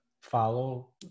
follow